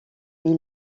mais